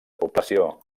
població